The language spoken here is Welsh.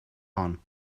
hon